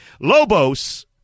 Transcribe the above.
Lobos